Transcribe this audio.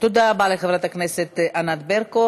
תודה רבה לחברת הכנסת ענת ברקו.